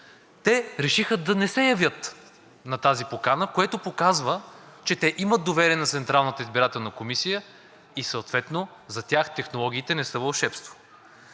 те решиха да не се явят на тази покана. Това показва, че те имат доверие на Централната избирателна комисия и съответно за тях технологиите не са вълшебство.